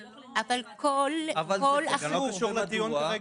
זה לא קשור לדיון.